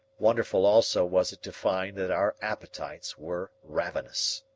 wonderful also was it to find that our appetites were ravenous.